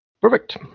Perfect